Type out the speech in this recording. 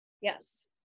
Yes